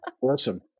awesome